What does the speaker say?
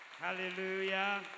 Hallelujah